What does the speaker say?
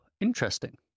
interesting